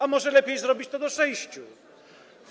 A może lepiej zrobić to do 6 lat?